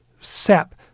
sap